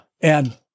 And-